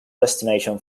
destination